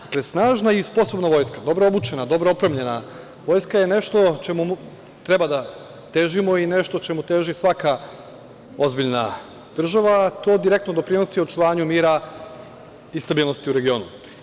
Dakle, snažna i sposobna vojska, dobro obučena, dobro opremljena, vojska je nešto čemu treba da težimo i nešto čemu teži svaka ozbiljna država, a to direktno doprinosi očuvanju mira i stabilnosti u regionu.